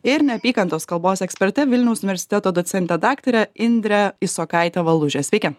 ir neapykantos kalbos eksperte vilniaus universiteto docente daktare indre isokaite valuže sveiki